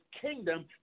kingdom